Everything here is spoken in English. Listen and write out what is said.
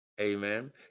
Amen